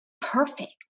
perfect